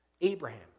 Abraham